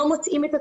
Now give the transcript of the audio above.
לא מוצאים את עצמם,